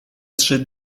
trzy